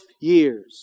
years